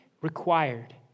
required